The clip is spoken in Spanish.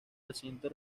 recinto